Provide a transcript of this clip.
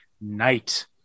night